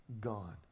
gone